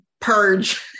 purge